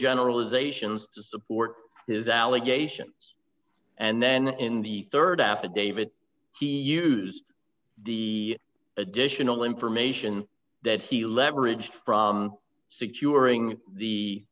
generalizations to support his allegations and then in the rd affidavit he used the additional information that he leveraged from securing the